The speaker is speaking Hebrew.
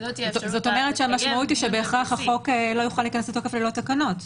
היא בהכרח שהחוק לא יוכל להיכנס לתוקף ללא תקנות.